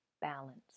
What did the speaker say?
balance